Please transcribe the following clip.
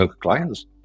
clients